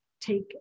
take